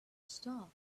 star